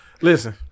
listen